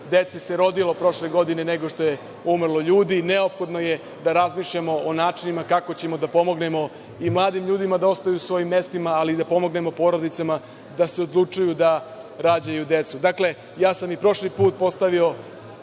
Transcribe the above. dece se rodilo prošle godine, nego što je umrlo ljudi, neophodno je da razmišljamo o načinima kako ćemo da pomognemo i mladim ljudima da ostanu u svojim mestima, ali i da pomognemo porodicama da se odlučuju da rađaju decu. Dakle, ja sam i prošli put postavio